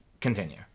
continue